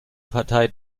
partei